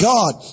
God